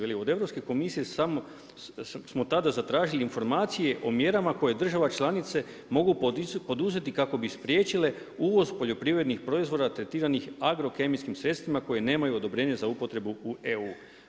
Veli, od Europske komisije samo smo tada zatražili informacije o mjerama koje države članice mogu oduzeti kako bi spriječile uvoz poljoprivrednih proizvoda tretirani agrokemijskim sredstvima koje nemaju odobrenje za upotrebu u EU.